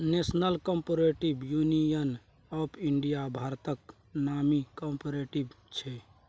national cooperative union of India भारतक नामी cooperative छै